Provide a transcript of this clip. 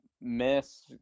miss